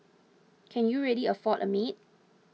can you really afford a maid